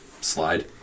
Slide